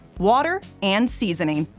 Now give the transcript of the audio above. water and seasoning.